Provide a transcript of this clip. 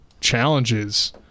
challenges